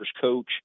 coach